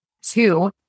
Two